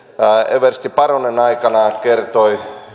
eversti paronen aikanaan kertoi